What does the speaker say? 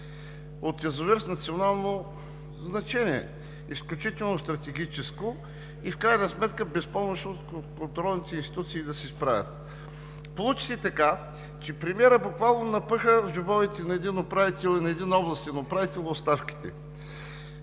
от язовир с национално значение – изключително стратегическо, и в крайна сметка безпомощност на контролните институции да се справят. Получи се така, че премиерът буквално напъха в джобовете на един управител и на един областен управител оставките